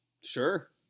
Sure